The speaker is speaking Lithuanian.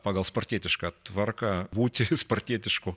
pagal spartietišką tvarką būti spartietišku